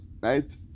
right